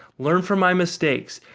learn from my mistakes.